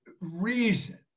reason